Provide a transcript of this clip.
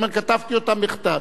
הוא אומר: כתבתי אותן בכתב.